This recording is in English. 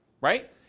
right